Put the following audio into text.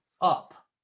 up